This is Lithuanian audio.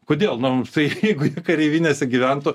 kodėl nu tai jeigu kareivinėse gyventų